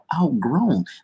outgrown